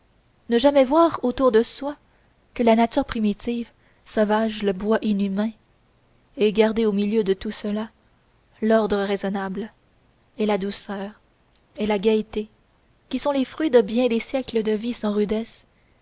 ne jamais voir autour de soi que la nature primitive sauvage le bois inhumain et garder au milieu de tout cela l'ordre raisonnable et la douceur et la gaieté qui sont les fruits de bien des siècles de vie sans rudesse